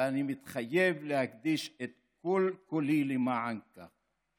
ואני מתחייב להקדיש את כל-כולי למען זה.